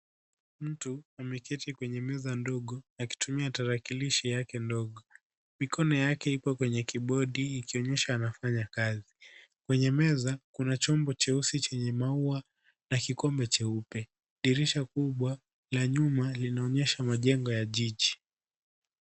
Mtu ameketi kwenye meza ndogo akityumia tarakilishi yake ndogo, mikono yake iko kwenye kibodi ikionyesha anafanya kazi. Kwenye meza kuna chombo cheusi chenye maua na kikombe cheupe. Dirisha kubwa la nyuma linaonyesha majengo ya jiji.